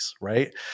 right